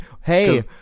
hey